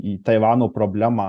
į taivano problemą